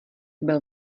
byl